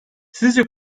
sizce